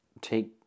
take